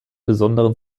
besonderen